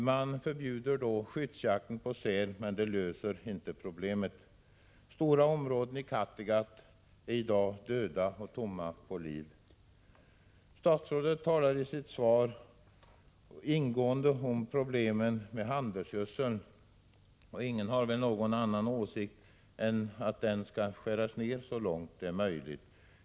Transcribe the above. Man förbjuder skyddsjakten på säl, men det löser inte problemet. Stora områden i Kattegatt är i dag döda och tomma på liv. Statsrådet talar i sitt svar ingående om problemen med handelsgödseln. Ingen har väl någon annan åsikt än att användningen av handelsgödsel skall skäras ned så långt det är möjligt.